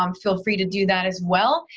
um feel free to do that as well.